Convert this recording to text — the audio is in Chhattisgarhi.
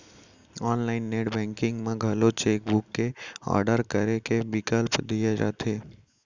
आनलाइन नेट बेंकिंग म घलौ चेक बुक के आडर करे के बिकल्प दिये रथे